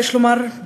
יש לומר,